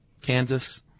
Kansas